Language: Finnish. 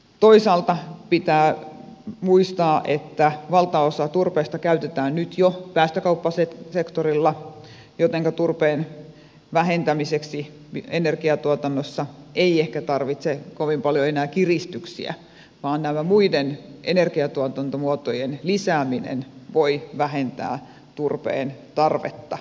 toisaalta pitää muistaa että valtaosa turpeesta käytetään nyt jo päästökauppasektorilla jotenka turpeen vähentämiseksi energiatuotannossa ei ehkä tarvita kovin paljon enää kiristyksiä vaan näiden muiden energiatuotantomuotojen lisääminen voi vähentää turpeen tarvetta